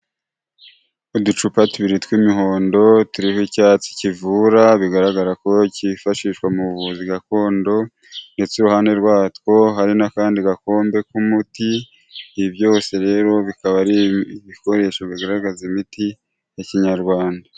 Uducupa tubiri tw'imihondo turiho icyatsi kivura bigaragara ko cyifashishwa mu buvuzi gakondo, ndetse iruhande rwatwo hari n'akandi gakombe k'umuti. Ibi byose rero bikaba ari ibikoresho bigaragaza imiti ya Kinyarwanda.